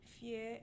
fear